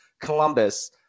Columbus